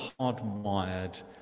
hardwired